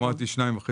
אמרתי 2.5